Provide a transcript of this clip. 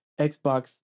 Xbox